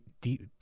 deep –